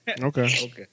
Okay